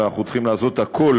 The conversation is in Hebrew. ואנחנו צריכים לעשות הכול